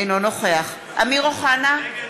אינו נוכח אמיר אוחנה,